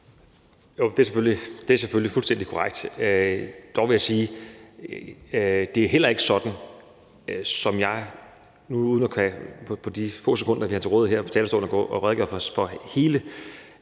Det er selvfølgelig fuldstændig korrekt. Dog vil jeg sige, at det heller ikke er sådan – uden at jeg i de få sekunder, jeg har til rådighed her på talerstolen, kan redegøre for hele